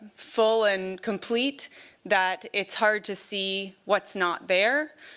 full and complete that it's hard to see what's not there.